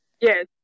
Yes